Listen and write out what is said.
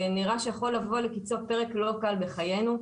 נראה שיכול לבוא לקיצו פרק לא קל בחיינו.